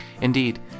Indeed